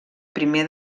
primer